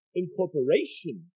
incorporation